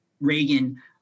Reagan